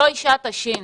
זוהי שעת ה-שין